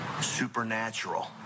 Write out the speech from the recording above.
Supernatural